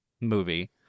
movie